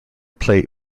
plate